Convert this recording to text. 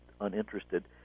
uninterested